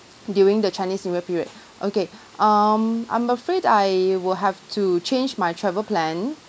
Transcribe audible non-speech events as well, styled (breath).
during the chinese new year period (breath) okay (breath) um I'm afraid I will have to change my travel plan